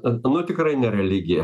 aktualu tikrai ne religija